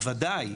וודאי.